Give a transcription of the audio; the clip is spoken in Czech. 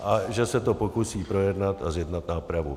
A že se to pokusí projednat a zjednat nápravu.